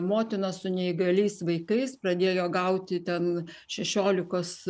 motina su neįgaliais vaikais pradėjo gauti ten šešiolikos